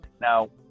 Now